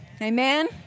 Amen